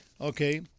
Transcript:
Okay